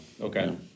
Okay